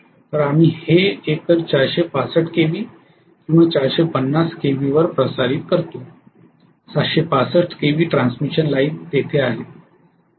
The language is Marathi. तर आम्ही हे एकतर 465 केव्ही किंवा 450 केव्हीवर प्रसारित करतो 765 केव्ही ट्रान्समिशन लाइन तेथे आहेत